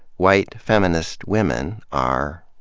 white feminist women are,